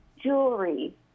jewelry